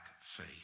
faith